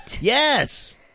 Yes